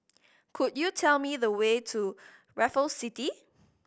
could you tell me the way to Raffles City